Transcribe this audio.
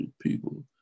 people